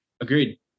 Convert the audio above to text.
Agreed